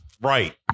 right